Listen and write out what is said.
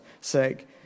sake